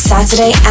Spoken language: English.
Saturday